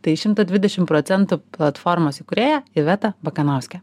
tai šimta dvidešim procentų platformos įkūrėja iveta bakanauskė